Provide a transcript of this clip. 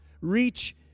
Reach